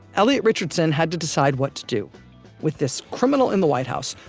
elliot richardson had to decide what to do with this criminal in the white house,